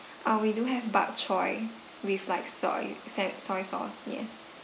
uh we do have bak choy with like soy say soy sauce yes